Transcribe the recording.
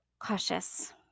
cautious